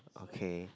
okay